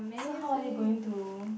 so how are you going to